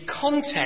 content